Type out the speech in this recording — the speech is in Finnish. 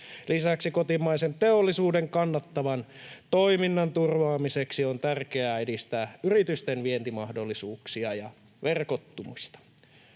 Lisäksi kotimaisen teollisuuden kannattavan toiminnan turvaamiseksi on tärkeää edistää yritysten vientimahdollisuuksia ja verkottumista.